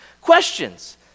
questions